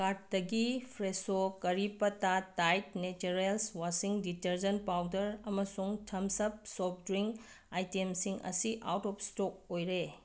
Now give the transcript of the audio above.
ꯀꯥꯔ꯭ꯗꯇꯒꯤ ꯐ꯭ꯔꯦꯁꯣ ꯀꯔꯤ ꯄꯠꯇꯥ Tide natural washing detergent powder ꯑꯃꯁꯨꯡ ꯊꯝꯁ ꯑꯞ ꯁꯣꯐ ꯗ꯭ꯔꯤꯡ ꯑꯥꯥꯏꯇꯦꯝꯁꯤꯡ ꯑꯁꯤ ꯑꯥꯎꯠ ꯑꯣꯐ ꯁ꯭ꯇꯣꯛ ꯑꯣꯏꯔꯦ